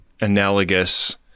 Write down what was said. analogous